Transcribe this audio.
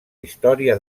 història